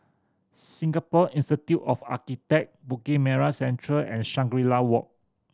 Singapore Institute of Architect Bukit Merah Central and Shangri La Walk